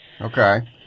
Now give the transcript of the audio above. okay